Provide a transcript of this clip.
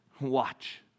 Watch